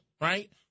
right